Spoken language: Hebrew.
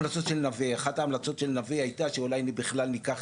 אחת ההמלצות של נווה הייתה שאולי בכלל ניקח